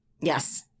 Yes